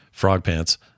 frogpants